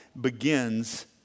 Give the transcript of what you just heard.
begins